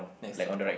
next to the pond